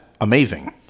amazing